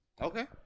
Okay